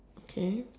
okay